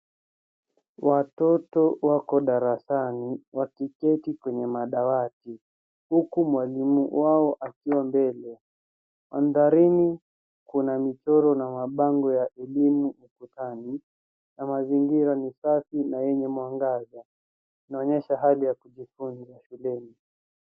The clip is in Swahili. Watoto wako darasani wakiketi kwenye madawati huku mwalimu wao akiwa mbele. Mandharini kuna michoro na mabango ya elimu ukutani, na mazingira ni safi na yenye mwangaza. Inaonyesha hali ya kujifunza shuleni.